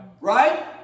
right